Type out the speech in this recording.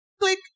click